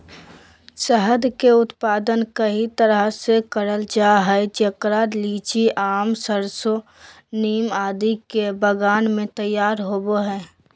शहद के उत्पादन कई तरह से करल जा हई, जेकरा लीची, आम, सरसो, नीम आदि के बगान मे तैयार होव हई